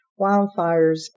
wildfires